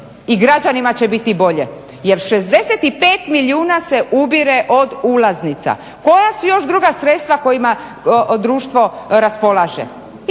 i građanima će biti bolje. Jer 65 milijuna se ubire od ulaznica. Koja su još druga sredstva kojima Društvo raspolaže?